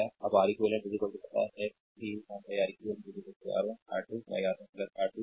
अब R eq पता है कि I R eq R1 R2 R1 R2 है